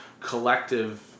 collective